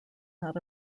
not